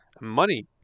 money